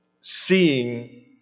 seeing